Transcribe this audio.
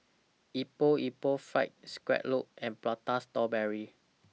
Epok Epok Fried Scallop and Prata Strawberry